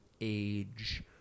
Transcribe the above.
age